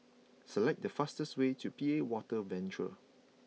select the fastest way to P A Water Venture